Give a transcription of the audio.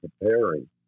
preparing